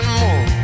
more